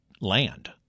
land